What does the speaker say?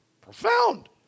profound